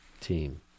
team